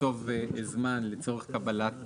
אנחנו עוסקים פה בנושא עם קצב האצה טכנולוגי מהמובילים בעולם.